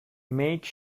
make